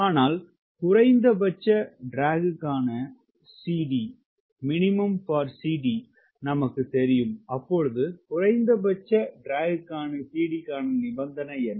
ஆனால் குறைந்தபட்ச இழுவைக்கான CD நமக்கு தெரியும் அப்பொழுது குறைந்தபட்ச இழுவைக்கான CD க்கான நிபந்தனை என்ன